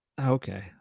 Okay